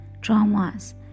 traumas